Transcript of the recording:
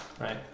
right